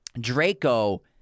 Draco